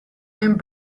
and